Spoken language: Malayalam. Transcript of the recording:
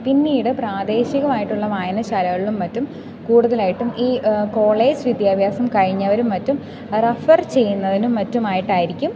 പിന്നീട് പ്രാദേശികമായിട്ടുള്ള വായനശാലകളിലും മറ്റും കൂടുതലായിട്ടും ഈ കോളേജ് വിദ്യാഭ്യാസം കഴിഞ്ഞവരും മറ്റും റഫർ ചെയ്യുന്നതിനും മറ്റുമായിട്ടായിരിക്കും